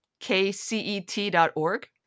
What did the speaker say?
kcet.org